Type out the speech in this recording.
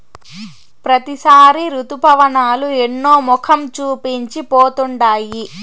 ప్రతిసారి రుతుపవనాలు ఎన్నో మొఖం చూపించి పోతుండాయి